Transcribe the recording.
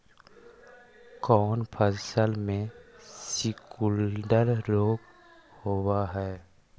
कोन फ़सल में सिकुड़न रोग होब है?